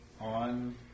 on